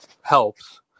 helps